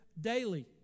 daily